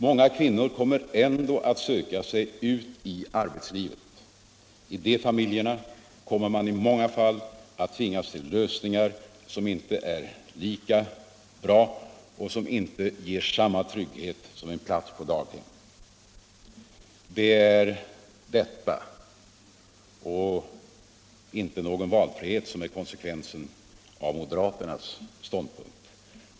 Många kvinnor kommer ändå att söka sig ut i arbetslivet. I de familjerna kommer man i många fall att tvingas till lösningar som inte är lika bra och som inte ger samma trygghet som en plats på daghem. Det är detta och inte någon valfrihet som är konsekvensen av moderaternas ståndpunkt.